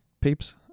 peeps